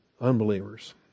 Unbelievers